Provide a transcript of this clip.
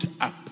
up